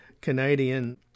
Canadian